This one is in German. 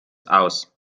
aus